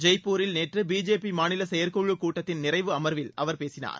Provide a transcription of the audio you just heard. ஜெய்ப்பூரில் நேற்று பிஜேபி மாநில செயற்குழு கூட்டத்தின் நிறைவு அமர்வில் அவர் பேசினார்